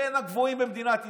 בין הגבוהים במדינת ישראל,